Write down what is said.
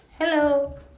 Hello